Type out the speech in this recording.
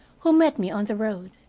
who met me on the road.